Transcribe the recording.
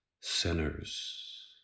sinners